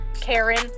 Karen